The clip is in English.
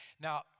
Now